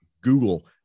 Google